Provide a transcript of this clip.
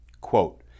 Quote